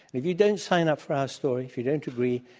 if you don't sign up for our story, if you don't agree,